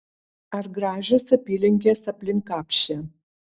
ar gražios apylinkės aplink apšę